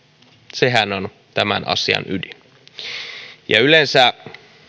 sehän on tämän asian ydin yleensä